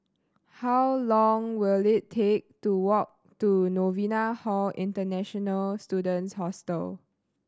how long will it take to walk to Novena Hall International Students Hostel